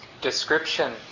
description